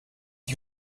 you